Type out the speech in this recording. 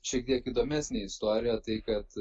šiek tiek įdomesnė istorija tai kad